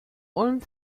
ulm